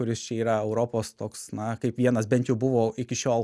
kuris čia yra europos toks na kaip vienas bent jau buvo iki šiol